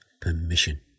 permission